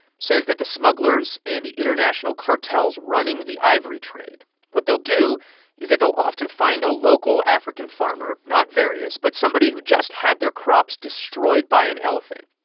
says that the smugglers and the international cartels running the ivory trade what they'll do is that they'll often find a local african farmer not verius, but somebody who just had their crops destroyed by an elephant.